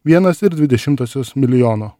vienas ir dvi dešimtosios milijono